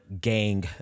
gang